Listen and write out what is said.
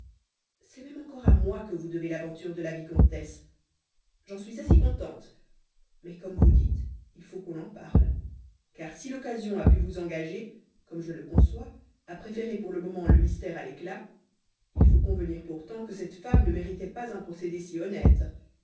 c'est même encore à moi puisque c'est à votre voyage que vous devez l'aventure de la vicomtesse j'en suis assez contente mais comme vous dites il faut qu'on en parle car si l'occasion a pu vous engager comme je le conçois à préférer pour le moment le mystère à l'éclat il faut convenir pourtant que cette femme ne méritait pas un procédé si honnête